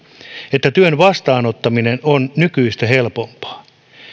että työn vastaanottaminen on nykyistä helpompaa